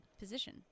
position